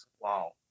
Wow